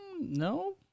no